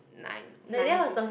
nine nine two